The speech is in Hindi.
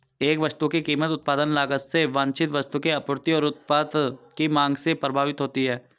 एक वस्तु की कीमत उत्पादन लागत से वांछित वस्तु की आपूर्ति और उत्पाद की मांग से प्रभावित होती है